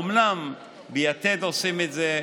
אומנם ביתד עושים את זה,